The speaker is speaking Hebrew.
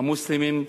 המוסלמים,